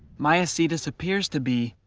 maiacetus appears to be,